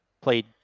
played